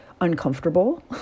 uncomfortable